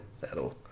that'll